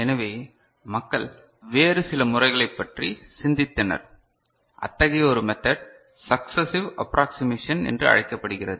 எனவே மக்கள் வேறு சில முறைகளைப் பற்றி சிந்தித்தனர் அத்தகைய ஒரு மெத்தட் சக்சஸ்சிவ் அப்ராக்ஸிமேஷன் என்று அழைக்கப்படுகிறது